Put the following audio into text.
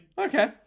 Okay